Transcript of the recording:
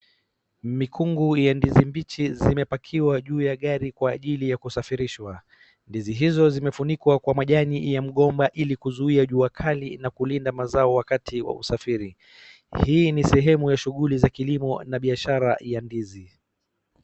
Mikungu ya ndizi mbichi zimepakiwa juu ya gari kwa ajili ya kusafirishwa. Ndizi hizo zimefunikwa kwa majani ya mgomba ilikuzuia jua kali na kulinda mazao wakati wa usafiri. Hii ni sehemu ya shughuli za kilimo na biashara ya ndizi.